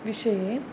विषये